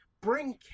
bring